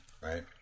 right